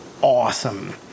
awesome